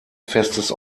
festes